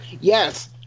yes